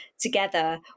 together